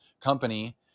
company